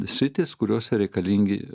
sritys kuriose reikalingi